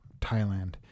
Thailand